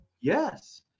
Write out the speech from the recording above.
Yes